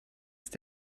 ist